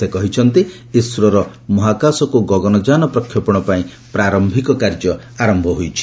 ସେ କହିଛନ୍ତି ଇସ୍ରୋର ମହାକାଶକୁ ଗଗନ ଯାନ ପ୍ରକ୍ଷେପଣ ପାଇଁ ପ୍ରାର୍ୟିକ କାର୍ଯ୍ୟ ଆରମ୍ଭ ହୋଇଛି